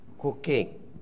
cooking